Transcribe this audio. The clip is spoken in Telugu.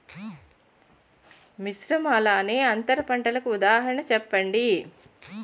మిశ్రమ అలానే అంతర పంటలకు ఉదాహరణ చెప్పండి?